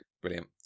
Brilliant